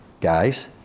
Guys